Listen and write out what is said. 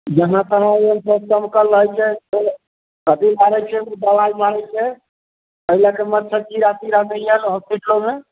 जहाँ तहाँ ओहि मे फेर चमकल रहै छै अथी लागै छै तऽ दबाइ मारै छै एहि लऽ कऽ मच्छर कीड़ा तीड़ा नहि आयल होस्पिटलो मे